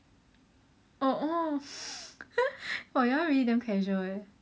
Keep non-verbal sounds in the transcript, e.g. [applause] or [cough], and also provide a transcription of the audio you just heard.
oh oh [laughs] !wah! that one really damn casual leh